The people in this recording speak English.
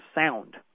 sound